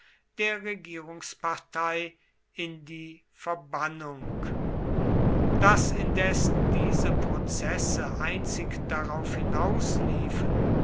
der regierungspartei in die verbannung daß indes diese prozesse einzig darauf